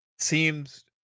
seems